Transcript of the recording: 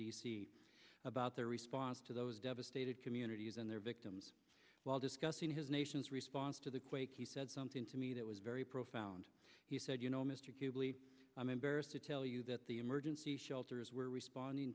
c about their response to those devastated communities and their victims while discussing his nation's response to the quake he said something to me that was very profound he said you know mr acutely i'm embarrassed to tell you that the emergency shelters were responding